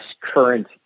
current